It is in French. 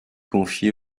confié